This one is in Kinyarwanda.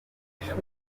mashuri